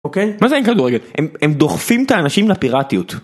אוקיי? מה זה אין כדורגל? הם דוחפים את האנשים לפיראטיות.